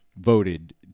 Voted